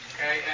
Okay